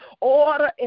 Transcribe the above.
order